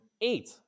eight